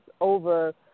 over